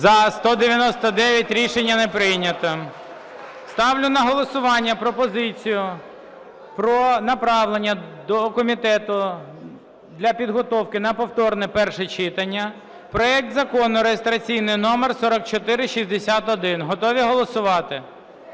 За-199 Рішення не прийнято. Ставлю на голосування пропозицію про направлення до комітету для підготовки на повторне перше читання проект Закону (реєстраційний номер 4461). Готові голосувати?